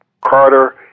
Carter